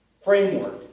framework